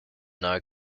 now